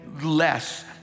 less